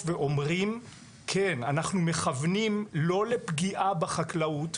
שאיננו מכוונים לפגיעה בחקלאות,